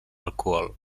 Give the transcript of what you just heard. alcohol